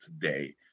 today